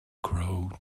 crow